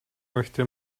möchte